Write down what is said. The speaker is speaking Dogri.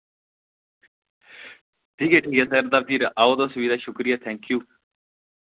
ठीक ऐ ठीक ऐ सर तां फिर आओ तुस बी ते शुक्रिया थैंक यू